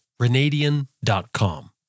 Renadian.com